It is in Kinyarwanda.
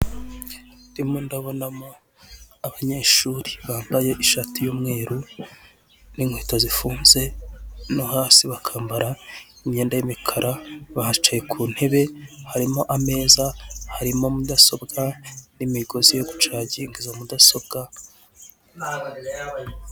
Ndimo ndabonamo abanyeshuri bambaye ishati y'umweru n'inkweto zifunze no hasi bakambara imyenda y'umukara bicaye ku ntebe harimo ameza harimo mudasobwa n'imigozi yo gucaginga izo mudasobwa.